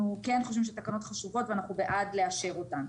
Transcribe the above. כן חושבים שהתקנות חשובות ואנחנו בעד לאשר אותן.